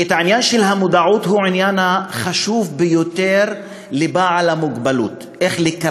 שהעניין של המודעות הוא העניין החשוב ביותר לאדם עם מוגבלות: תחילה,